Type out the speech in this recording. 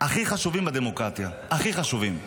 הכי חשובים בדמוקרטיה, הכי חשובים.